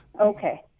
okay